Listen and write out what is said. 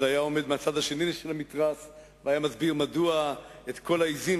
אז היה עומד מהצד השני של המתרס והיה מסביר מדוע את כל העזים